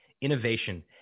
innovation